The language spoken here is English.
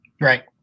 Right